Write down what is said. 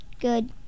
Good